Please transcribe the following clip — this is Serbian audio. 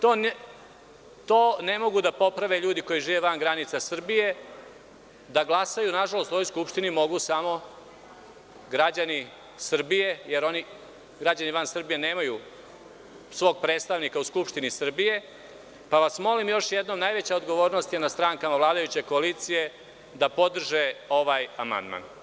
To ne mogu da poprave ljudi koji žive van granica Srbije, a da glasaju, nažalost, u ovoj Skupštini mogu samo građani Srbije, jer oni građani van Srbije nemaju svog predstavnika u Skupštini Srbije, pa vas molim još jednom, jer najveća je odgovornost nad strankom vladajuće koalicije da podrži ovaj amandman.